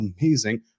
amazing